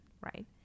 right